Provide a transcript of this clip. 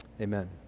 Amen